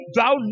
thou